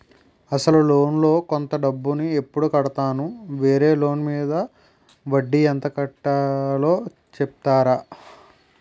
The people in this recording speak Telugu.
అసలు లోన్ లో కొంత డబ్బు ను ఎప్పుడు కడతాను? వేరే లోన్ మీద వడ్డీ ఎంత కట్తలో చెప్తారా?